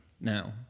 now